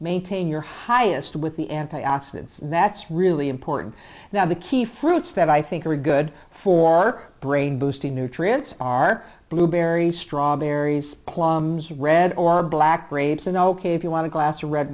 maintain your highest with the antioxidants and that's really important that the key fruits that i think are good for brain boosting nutrients are blueberries strawberries plums red or black grapes and ok if you want to glass or red